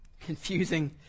confusing